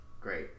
Great